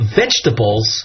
vegetables